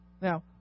Now